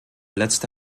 letzte